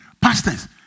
pastors